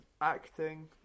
Acting